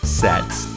sets